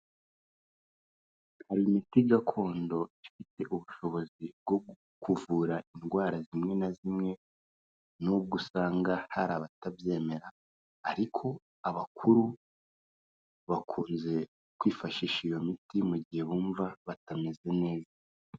Hari imiti gakondo ifite ubushobozi bwo kuvura indwara zimwe na zimwe n'ubwo usanga hari abatabyemera, ariko abakuru bakunze kwifashisha iyo miti mu gihe bumva batameze neza.